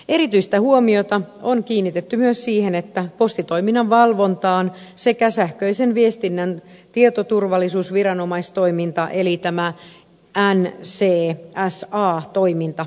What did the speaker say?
erityistä huomiota on kiinnitetty myös siihen että postitoiminnan valvonta sekä sähköisen viestinnän tietoturvallisuusviranomaistoiminta eli ncsa toiminta turvataan